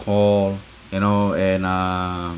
called you know and uh